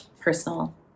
personal